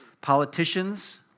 Politicians